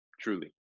truly